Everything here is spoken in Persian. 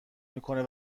میکنه